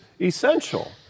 essential